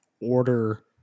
order